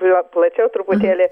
jo plačiau truputėlį